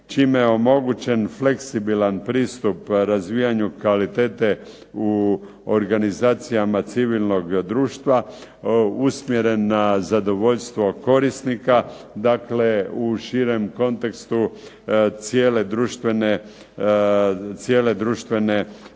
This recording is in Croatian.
čime je omogućen fleksibilan pristup razvijanju kvalitete u organizacijama civilnog društva usmjeren na zadovoljstvo korisnika. Dakle, u širem kontekstu cijele društvene